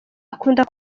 akunda